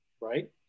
right